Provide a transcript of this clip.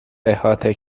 احاطه